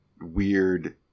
weird